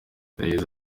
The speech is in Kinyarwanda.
yagize